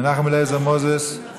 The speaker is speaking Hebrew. מנחם אליעזר מוזס,